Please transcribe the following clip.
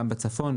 גם בצפון.